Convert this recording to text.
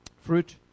fruit